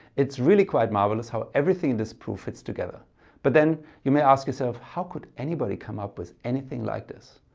it's really quite marvellous how everything in this proof fits together but then you may ask yourself how could anybody come up with anything like this.